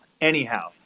Anyhow